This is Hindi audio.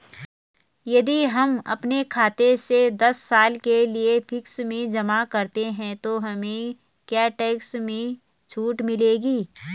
यदि हम अपने खाते से दस साल के लिए फिक्स में जमा करते हैं तो हमें क्या टैक्स में छूट मिलेगी?